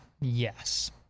yes